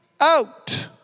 out